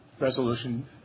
resolution